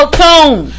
tune